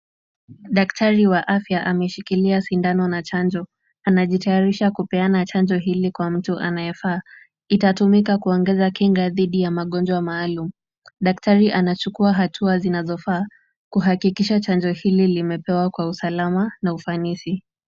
Daktari wa afya ameshikilia sindano na chanjo. Anajitayarisha kupeana chanjo hili kwa mtu anayefaa. Itatumika kuongeza kinga dhidi ya magonjwa maalum. Daktari anachukua hatua zinazofaa, kuhakikisha chanjo hili limepewa kwa usalama na ufanisi.